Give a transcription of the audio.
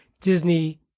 Disney